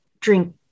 drink